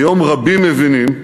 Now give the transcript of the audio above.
היום רבים מבינים